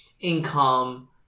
income